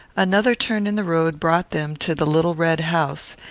another turn in the road brought them to the little red house,